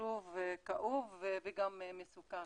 חשוב וכאוב וגם מסוכן.